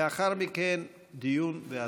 לאחר מכן, דיון והצבעה.